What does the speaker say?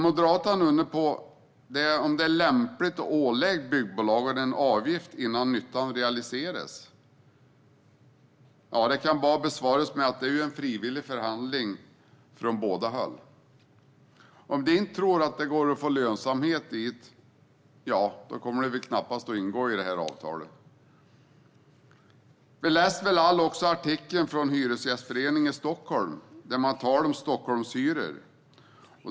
Moderaterna undrar om det är lämpligt att ålägga byggbolagen en avgift innan nyttan realiseras. Det kan bara besvaras med att det är fråga om en frivillig förhandling från båda håll. Om de inte tror att det går att få lönsamhet kommer de väl knappast att ingå avtal. Vi har väl alla läst artikeln från Hyresgästföreningen i Stockholm. Det talas om Stockholmshyror.